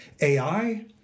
AI